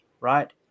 Right